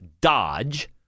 dodge